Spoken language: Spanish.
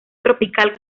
tropical